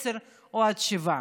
עד עשרה או עד שבעה.